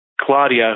Claudia